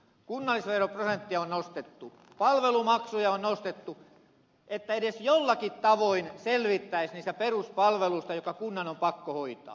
kunnallisveroprosenttia on nostettu palvelumaksuja on nostettu että edes jollakin tavoin selvittäisiin niistä peruspalveluista jotka kunnan on pakko hoitaa